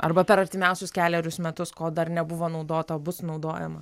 arba per artimiausius kelerius metus ko dar nebuvo naudota bus naudojama